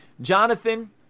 Jonathan